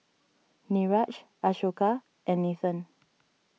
Niraj Ashoka and Nathan